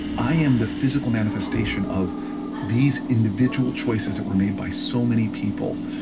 i am the physical manifestation of these individual choices that were made, by so many people,